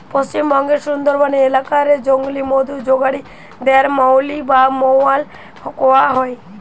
পশ্চিমবঙ্গের সুন্দরবন এলাকা রে জংলি মধু জগাড়ি দের মউলি বা মউয়াল কয়া হয়